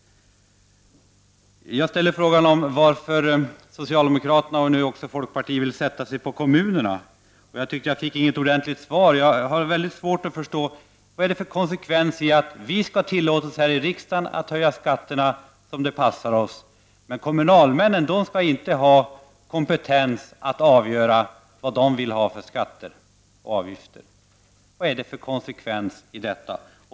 Jag ställde frågan om varför socialdemokraterna och nu också folkpartiet vill sätta sig på kommunerna. Jag tycker inte att jag fick något ordentligt svar. Jag har mycket svårt att förstå vad det finns för konsekvens i att vi här i riksdagen skall tillåtas att höja skatter som det passar oss, medan kommunalmännen inte skall ha kompetens att avgöra vad man vill ha för skatter och avgifter i kommunen. Vad är det för konsekvens i detta?